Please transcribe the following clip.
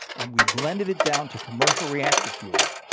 and we blended it down to commercial reactor fuel,